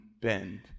bend